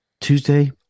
Tuesday